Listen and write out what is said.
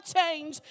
change